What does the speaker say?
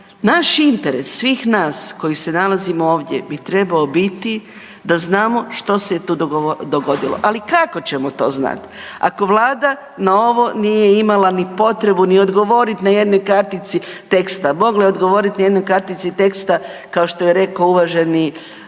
naš interes, svih nas koji se nalazimo ovdje bi trebao biti da znamo što se je tu dogodilo. Ali, kako ćemo to znati? Ako Vlada na ovo nije imala ni potrebu ni odgovoriti na jednoj kartici teksta. Mogla je odgovoriti u jednoj kartici teksta kao što je rekao uvaženi